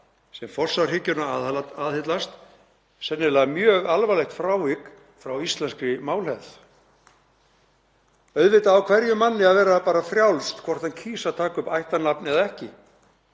forsjárhyggjuna, sennilega mjög alvarlegt frávik frá íslenskri málhefð. Auðvitað á hverjum manni að vera frjálst hvort hann kýs að taka upp ættarnafn eða ekki,